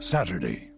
Saturday